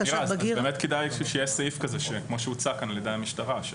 באמת כדאי שיהיה סעיף כזה כמו שהוצע כאן על ידי המשטרה.